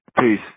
Peace